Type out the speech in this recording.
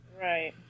Right